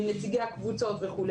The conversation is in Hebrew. עם נציגי הקבוצות וכו',